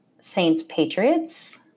Saints-Patriots